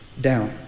down